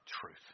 truth